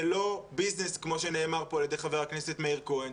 זה לא ביזנס כמו שנאמר פה על ידי חה"כ מאיר כהן,